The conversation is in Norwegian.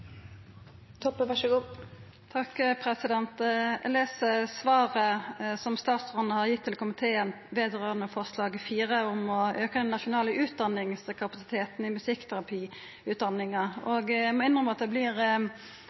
svaret som statsråden har gitt til komiteen når det gjeld forslag nr. 2, om å auka den nasjonale utdanningskapasiteten i musikkterapiutdanninga. Eg må innrømma at